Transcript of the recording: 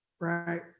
right